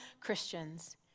Christians